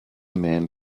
man